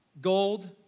gold